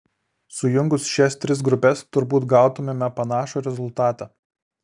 sujungus šias tris grupes turbūt gautumėme panašų rezultatą